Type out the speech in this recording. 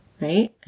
right